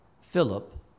Philip